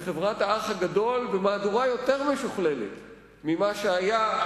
לחברת האח הגדול במהדורה יותר משוכללת ממה שהיה,